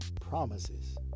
Promises